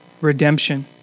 redemption